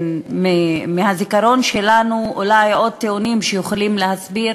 מהזיכרון שלנו עוד טיעונים שיכולים להסביר